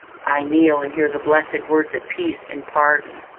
i kneel and hear the blessed words of peace and pardon.